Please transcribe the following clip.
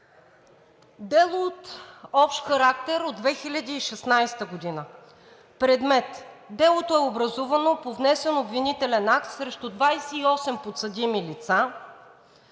дело от общ характер от 2016 г. Предмет на делото – образувано по внесен обвинителен акт срещу 28 подсъдими лица